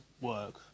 work